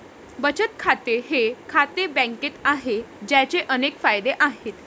बचत खाते हे खाते बँकेत आहे, ज्याचे अनेक फायदे आहेत